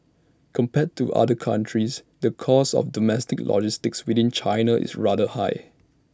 compared to other countries the cost of domestic logistics within China is rather high